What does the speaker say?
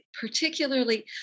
particularly